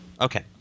Okay